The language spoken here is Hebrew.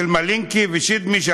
של מלינקי ושדמי,